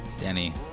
Danny